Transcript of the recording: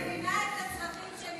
אני מבינה את הצרכים של ירושלים,